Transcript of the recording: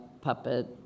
puppet